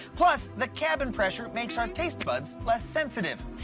plus, the cabin pressure makes our taste buds less sensitive.